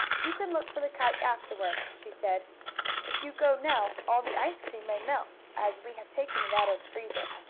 you can look for the kite, afterward, she said if you go now all the ice cream may melt, as we have taken it out of the freezer.